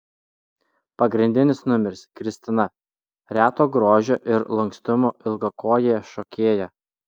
pagrindinis numeris kristina reto grožio ir lankstumo ilgakojė šokėja